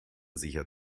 sicher